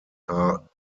are